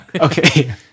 okay